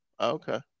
okay